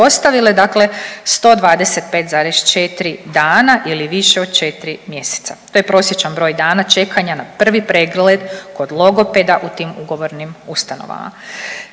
dostavile, dakle 125,4 dana ili više od 4 mjeseca, to je prosječan broj dana čekanja na prvi pregled kod logopeda u tim ugovornim ustanovama.